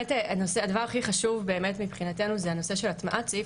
הדבר הכי חשוב באמת מבחינתנו זה הנושא של הטמעת סעיף